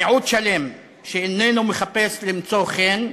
מיעוט שלם, שאיננו מחפש למצוא חן.